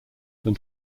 than